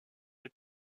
des